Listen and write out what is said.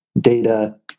data